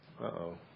Uh-oh